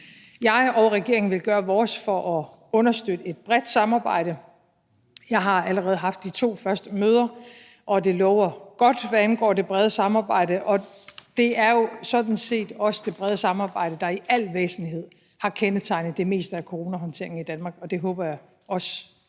Jeg og regeringen vil gøre vores for at understøtte et bredt samarbejde. Jeg har allerede haft de to første møder, og det lover godt, hvad angår det brede samarbejde, og det er jo sådan set også det brede samarbejde, der i al væsentlighed har kendetegnet det meste af coronahåndteringen i Danmark, og det håber jeg også